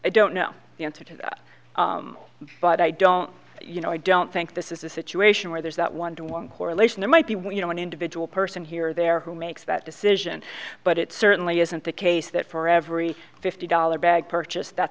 i don't know the answer to that but i don't you know i don't think this is a situation where there's that one to one correlation there might be when you know an individual person here or there who makes that decision but it certainly isn't the case that for every fifty dollar bag purchase that